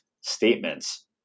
statements